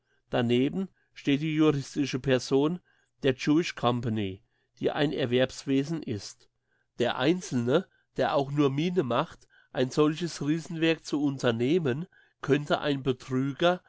daneben steht die juristische person der jewish company die ein erwerbswesen ist der einzelne der auch nur miene machte ein solches riesenwerk zu unternehmen könnte ein betrüger